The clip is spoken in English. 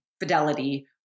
fidelity